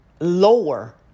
lower